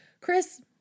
Chris